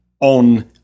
on